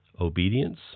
Obedience